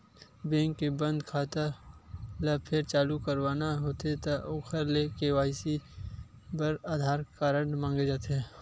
bank के बंद खाता ल फेर चालू करवाना होथे त ओखर के.वाई.सी बर आधार कारड मांगे जाथे